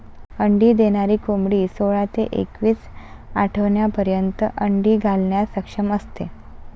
अंडी देणारी कोंबडी सोळा ते एकवीस आठवड्यांपर्यंत अंडी घालण्यास सक्षम असते